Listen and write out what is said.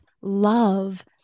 love